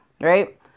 right